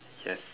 yes